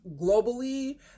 globally